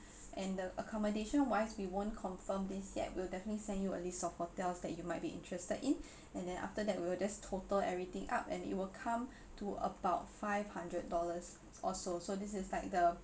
and the accommodation wise we won't confirm this yet we'll definitely send you a list of hotels that you might be interested in and then after that we will just total everything up and it will come to about five hundred dollars or so so this is like the